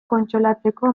kontsolatzeko